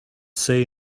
say